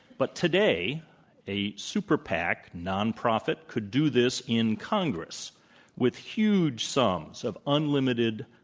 but today a super pac nonprofit could do this in congress with huge sums of unlimited,